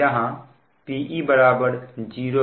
जहां Pe 0है